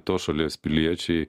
tos šalies piliečiai